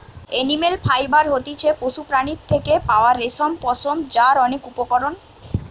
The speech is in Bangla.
এনিম্যাল ফাইবার হতিছে পশুর প্রাণীর থেকে পাওয়া রেশম, পশম যার অনেক উপকরণ থাকতিছে